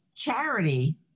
Charity